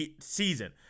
season